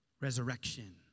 Resurrection